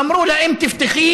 אמרו לה: אם תפתחי,